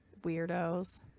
Weirdos